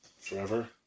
forever